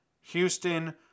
Houston